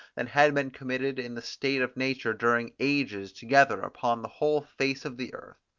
than had been committed in the state of nature during ages together upon the whole face of the earth.